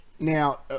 Now